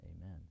amen